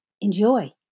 Enjoy